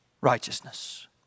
righteousness